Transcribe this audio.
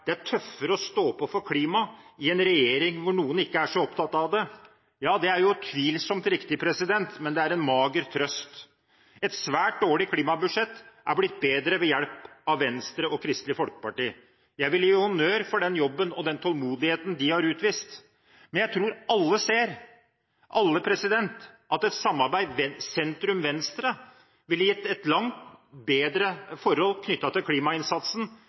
er tøffere å stå på for klimaet i en regjering hvor noen ikke er så opptatt av det.» Ja, det er utvilsomt riktig, men det er en mager trøst. Et svært dårlig klimabudsjett er blitt bedre ved hjelp av Venstre og Kristelig Folkeparti. Jeg vil gi honnør for den jobben og den tålmodigheten de har utvist, men jeg tror alle ser at et samarbeid sentrum–venstre knyttet til klimainnsatsen ville gitt et langt bedre